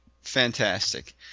Fantastic